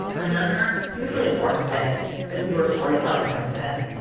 another usually important thing this is where storytelling comes in,